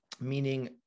meaning